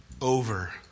over